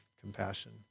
compassion